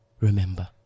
remember